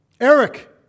Eric